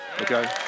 okay